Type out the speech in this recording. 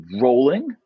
rolling